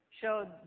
showed